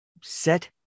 Set